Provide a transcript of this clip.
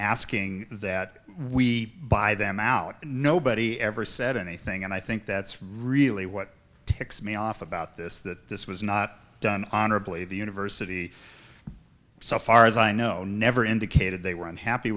asking that we buy them out nobody ever said anything and i think that's really what ticks me off about this that this was not done honorably the university so far as i know never indicated they were unhappy